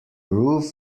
roof